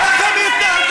איך הם יתנהגו?